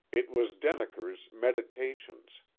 it was denneker's meditations.